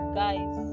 guys